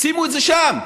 שימו את זה שם.